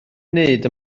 wneud